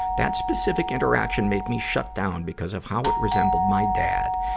that specific interaction made me shut down because of how it resembled my dad.